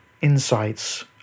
insights